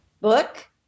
book